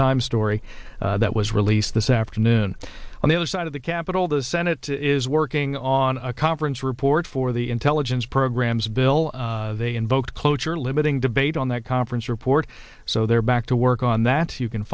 times story that was released this afternoon on the other side of the capitol the senate is working on a conference report for the intelligence programs bill they invoke cloture limiting debate on that conference report so they're back to work on that you can